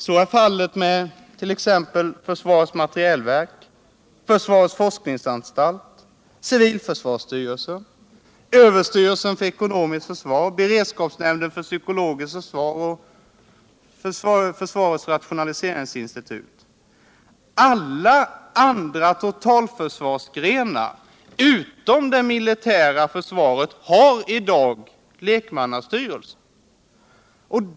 Så är fallet med t.ex. försvarets materielverk, försvarets forskningsanstalt, civilförsvarsstyrelsen, överstyrelsen för ekonomiskt försvar, beredskapsnämnden för psykologiskt försvar och försvarets rationaliseringsinstitut. Alla totalförsvarsgrenar utom det militära försvaret har i dag lekmannastyrelser.